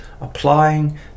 applying